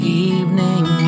evening